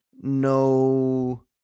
no